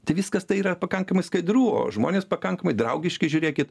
tai viskas tai yra pakankamai skaidru o žmonės pakankamai draugiški žiūrėkit